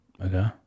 Okay